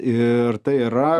ir tai yra